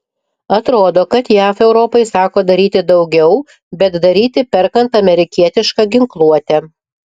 atrodo kad jav europai sako daryti daugiau bet daryti perkant amerikietišką ginkluotę